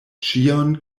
ĉion